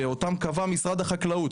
שאותם קבע משרד החקלאות.